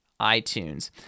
iTunes